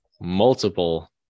multiple